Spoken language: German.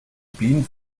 bienen